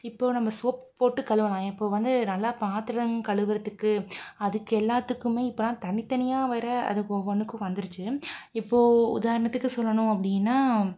இப்போது நம்ம சோப்பு போட்டு கழுவலாம் இப்போது வந்து நல்லா பாத்திரம் கழுவுறதுக்கு அதுக்கு எல்லாத்துக்குமே இப்போல்லாம் தனித்தனியாக வேற அதுக்கு ஒவ்வொன்றுக்கும் வந்துருச்சு இப்போது உதாரணத்துக்கு சொல்லணும் அப்படினா